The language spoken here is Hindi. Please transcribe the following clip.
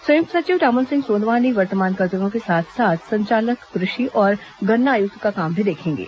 संयुक्त सचिव टामन सिंह सोनवानी वर्तमान कर्तव्यों के साथ साथ संचालक कृषि और गन्ना आयुक्त का काम भी देखेंगे